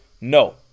No